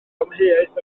amheuaeth